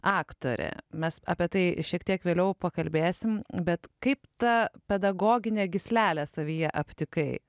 aktorė mes apie tai šiek tiek vėliau pakalbėsim bet kaip ta pedagoginę gyslelę savyje aptikai